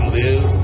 live